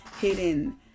hidden